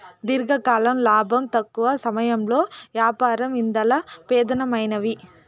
దీర్ఘకాలం లాబం, తక్కవ సమయంలో యాపారం ఇందల పెదానమైనవి